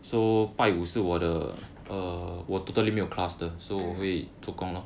mm